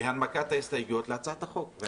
להנמקת ההסתייגויות להצעת החוק.